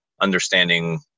understanding